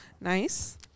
Nice